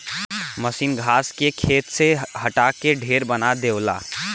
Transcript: मसीन घास के खेत से हटा के ढेर बना देवला